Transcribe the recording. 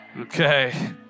Okay